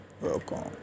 welcome